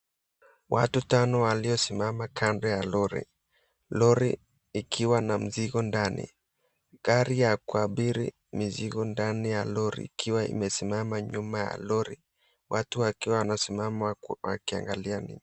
Watu tano waliosimama kando ya lori. Lori ikiwa na mzigo ndani. Gari ya kuabiri mizigo ndani ya lori ikiwa imesimama nyuma ya lori. Watu wakiwa wanasimama wakiangalia.